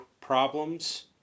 problems